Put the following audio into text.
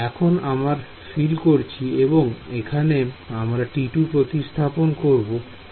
এখনই আমরা ফিল করছি এবং এখানে আমরা T2 প্রতিস্থাপন করব